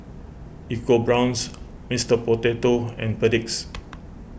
EcoBrown's Mister Potato and Perdix